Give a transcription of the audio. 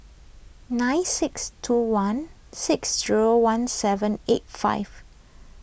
nine six two one six zero one seven eight five